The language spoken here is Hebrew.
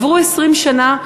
עברו 20 שנה,